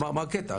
מה הקטע?